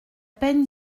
peine